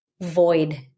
void